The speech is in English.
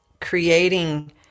creating